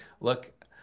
look